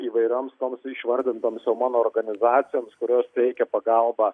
įvairioms toms išvardintoms mano organizacijoms kurios teikia pagalbą